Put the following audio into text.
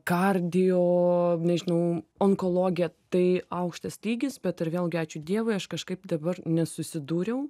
kardijo nežinau onkologiją tai aukštas lygis bet ir vėlgi ačiū dievui aš kažkaip dabar nesusidūriau